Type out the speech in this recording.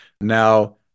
Now